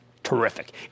Terrific